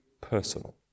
personal